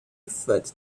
referred